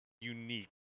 unique